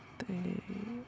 ਅਤੇ